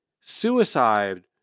suicide